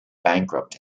bankrupt